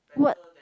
what